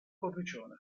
cornicione